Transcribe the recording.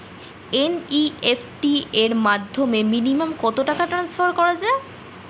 NEFT র মাধ্যমে minimum কত টাকা টান্সফার করা যায়?